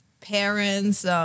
parents